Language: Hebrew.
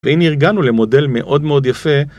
ואם אירגנו למודל מאוד מאוד יפה.